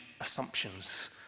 assumptions